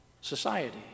society